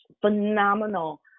phenomenal